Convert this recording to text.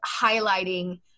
highlighting